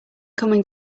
coming